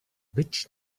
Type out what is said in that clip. być